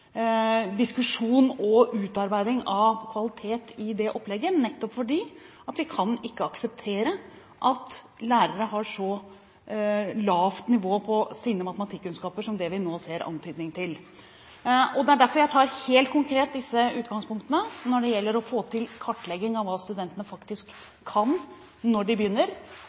diskusjon og utarbeiding av kvalitet i det opplegget, nettopp fordi vi ikke kan akseptere at lærere har så lavt nivå på sine matematikkunnskaper som det vi nå ser antydninger til. Det er derfor jeg helt konkret tar disse utgangspunktene: å få til kartlegging av hva studentene faktisk kan når de begynner,